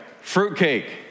fruitcake